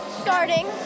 starting